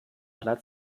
aller